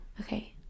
okay